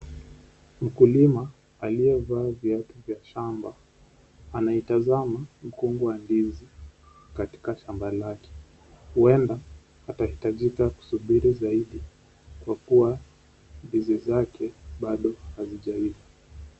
Mkulima aliyevaa viatu vya shamba anaitazama mkungu wa ndizi katika shamba lake, huenda atahitajika kusubiri zaidi kwa kuwa ndizi zake bado hazijaiza.